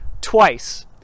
twice